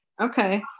Okay